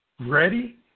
Ready